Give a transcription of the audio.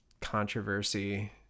controversy